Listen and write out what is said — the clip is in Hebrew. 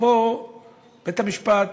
פה בית-המשפט,